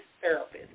therapist